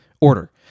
Order